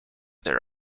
their